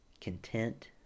content